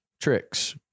tricks